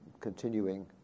continuing